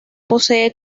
posee